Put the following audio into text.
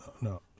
No